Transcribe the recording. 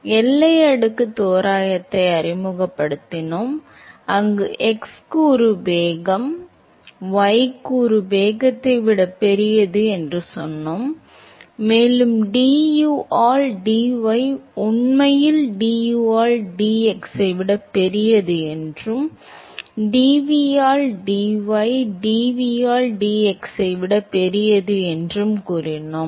எனவே எல்லை அடுக்கு தோராயத்தை அறிமுகப்படுத்தினோம் அங்கு x கூறு வேகம் y கூறு வேகத்தை விட பெரியது என்று சொன்னோம் மேலும் du ஆல் dy உண்மையில் du ஆல் dx ஐ விட பெரியது என்றும் dv ஆல் dy dv ஆல் dx ஐ விட பெரியது என்றும் கூறினோம்